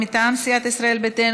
מטעם סיעת ישראל ביתנו,